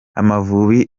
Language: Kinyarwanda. amavubi